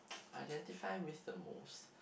identify with the most